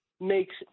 makes